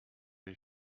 you